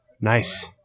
Nice